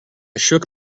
shook